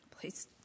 Please